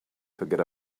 forget